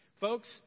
Folks